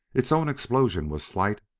its own explosion was slight,